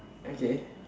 okay